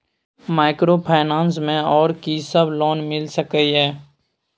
Microfinance मे आर की सब लोन मिल सके ये?